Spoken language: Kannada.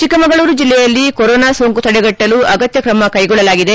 ಚಿಕ್ಕಮಗಳೂರು ಜಿಲ್ಲೆಯಲ್ಲಿ ಕೊರೊನಾ ಸೋಂಕು ತಡೆಗಟ್ಟಲು ಅಗತ್ಯ ತ್ರಮ ಕೈಗೊಳ್ಳಲಾಗಿದೆ